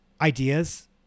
ideas